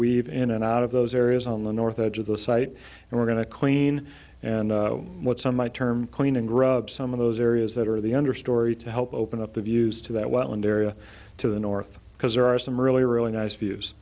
weave in and out of those areas on the north edge of the site and we're going to clean and what some might term clean and grub some of those areas that are the understory to help open up the views to that well and area to the north because there are some really really nice views